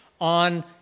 On